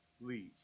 leave